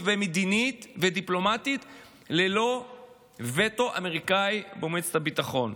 והמדינית והדיפלומטית ללא הווטו האמריקאי במועצת הביטחון.